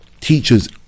teachers